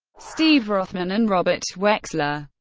steve rothman, and robert wexler.